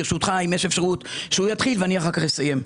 ברשותך, אם יש אפשרות שהוא יתחיל ואני אסיים.